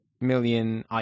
million